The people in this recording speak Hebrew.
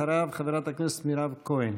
אחריו, חברת הכנסת מירב כהן.